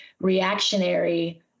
reactionary